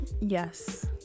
Yes